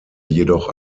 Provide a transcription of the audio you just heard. jedoch